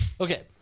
Okay